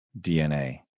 DNA